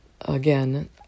again